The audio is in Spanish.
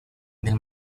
del